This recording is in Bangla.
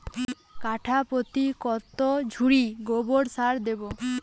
কাঠাপ্রতি কত ঝুড়ি গোবর সার দেবো?